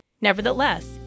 Nevertheless